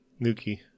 Nuki